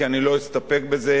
כי אני לא אסתפק בזה,